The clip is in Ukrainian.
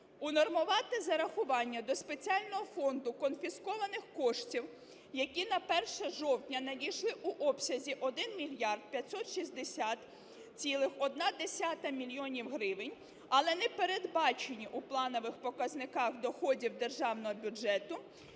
унормувати зарахування до спеціального фонду конфіскованих коштів, які на 1 жовтня надійшли в обсязі 1 мільярд 560,1 мільйонів гривень, але не передбачені у планових показниках доходів Державного бюджету,